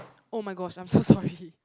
oh-my-gosh I'm so sorry